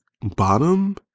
bottom